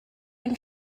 been